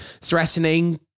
threatening